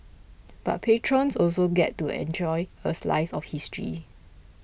but patrons also get to enjoy a slice of history